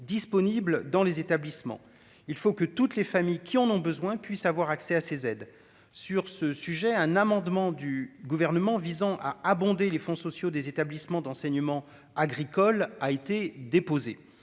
disponibles dans les établissements, il faut que toutes les familles qui en ont besoin puissent avoir accès à ces aides sur ce sujet, un amendement du gouvernement visant à abonder les fonds sociaux des établissements d'enseignement agricole a été déposée,